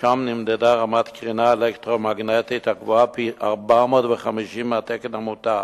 ושם נמדדה רמת קרינה אלקטרומגנטית הגבוהה פי-450 מהתקן המותר.